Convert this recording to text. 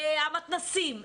המתנ"סים,